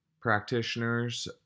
practitioners